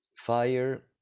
fire